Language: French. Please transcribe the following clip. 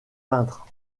peintre